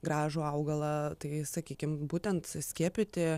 gražų augalą tai sakykim būtent skiepyti